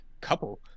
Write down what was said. couple